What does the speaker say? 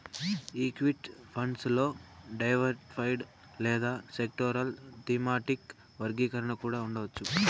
equity funds లో diversified లేదా sectoral, thematic వర్గీకరణ కూడా ఉండవచ్చు